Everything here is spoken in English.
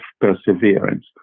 perseverance